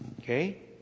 okay